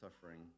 suffering